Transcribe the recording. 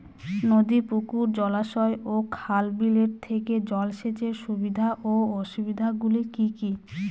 নদী পুকুর জলাশয় ও খাল বিলের থেকে জল সেচের সুবিধা ও অসুবিধা গুলি কি কি?